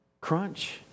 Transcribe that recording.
crunch